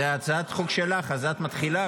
זו הצעת חוק שלך, אז את מתחילה.